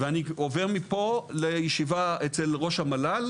ואני עובר מפה לישיבה אצל ראש המל"ל.